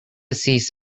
cease